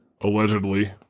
allegedly